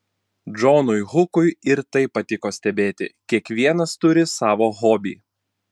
džonui hukui ir tai patiko stebėti kiekvienas turi savo hobį